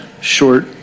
short